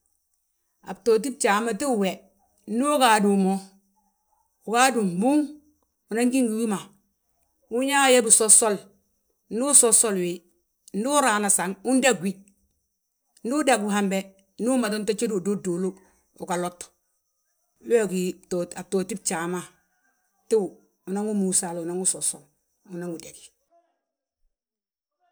A btooti bjaa be tíw we ndu ugaadu mo, ugaadu mbúŋ, unan gí ngi wi ma. Unyaa wi yaaye bisosol, ndu usosol wi, ndu uraana san undagíwi, ndu udagi, ndu umada unto jódi ududuulu uga lot. Wee wi ga a btooti bjaa ma, tíw unanwi múusal, unan wi sosol, unan wi dagi.